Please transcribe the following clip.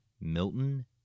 Milton